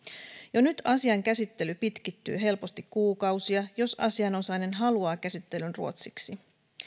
jo nyt asian käsittely pitkittyy helposti kuukausia jos asianosainen haluaa käsittelyn ruotsiksi